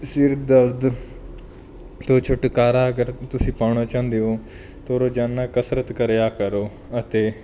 ਸਿਰ ਦਰਦ ਤੋਂ ਛੁਟਕਾਰਾ ਅਗਰ ਤੁਸੀਂ ਪਾਉਣਾ ਚਾਹੁੰਦੇ ਹੋ ਤੋ ਰੋਜ਼ਾਨਾ ਕਸਰਤ ਕਰਿਆ ਕਰੋ ਅਤੇ